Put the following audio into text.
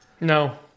No